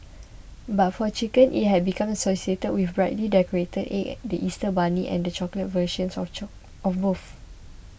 but for chicken it has become associated with brightly decorated eggs the Easter bunny and the chocolate versions of choke both